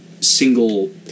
single